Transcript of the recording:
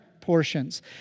portions